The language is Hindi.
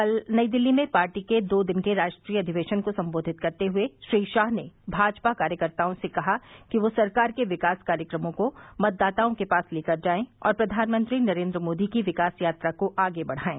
कल नई दिल्ली में पार्टी के दो दिन के राष्ट्रीय अधिवेशन को संबोधित करते हुए श्री शाह ने भाजपा कार्यकर्ताओं से कहा कि वे सरकार के विकास कार्यक्रमों को मतदाताओं के पास लेकर जाएं और प्रधानमंत्री नरेन्द्र मोदी की विकास यात्रा को आगे बढ़ाएं